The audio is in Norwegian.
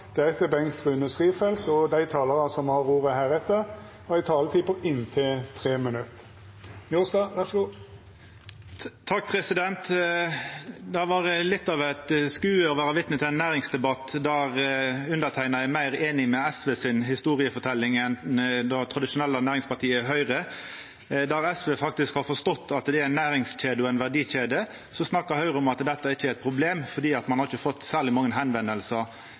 Dei talarane som heretter får ordet, har også ei taletid på inntil 3 minutt. Det har vore litt av eit syn å vera vitne til ein næringsdebatt der underteikna er meir einig i SV si historieforteljing enn det tradisjonelle næringspartiet Høgre si. Der SV faktisk har forstått at det er ei næringskjede og ei verdikjede, snakkar Høgre om at dette ikkje er eit problem, fordi ein ikkje har fått særleg mange